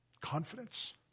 Confidence